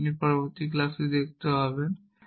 যা আপনি পরবর্তী ক্লাসে দেখতে পাবেন